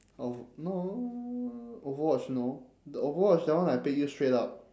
oh no overwatch no the overwatch that one I paid you straight up